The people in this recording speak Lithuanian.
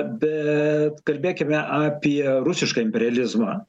bet kalbėkime apie rusišką imperializmą